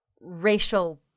racial